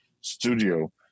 studio